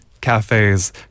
cafes